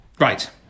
Right